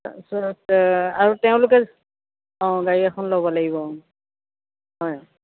তাৰপিছত আৰু তেওঁলোকে অঁ গাড়ী এখন ল'ব লাগিব অ' হয়